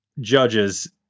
judges